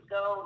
go